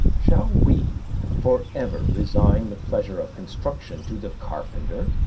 shall we forever resign the pleasure of construction to the carpenter?